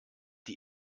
die